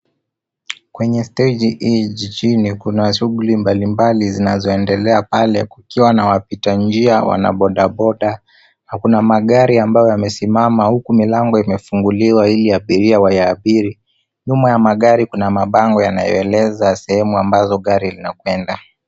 Kwenye steji hii jiini kuna shughuli mbalimbali zinazoendelea pale kukiwa na wapitanjia, wanabodaboda na kuna magari ambayo yamesimama huku milango imfunguliwa ili aabiria wayaabiria. Nyuma ya magari kuna mabango yanayoeleza sehemu ambazo gari linakwenda.